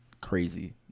crazy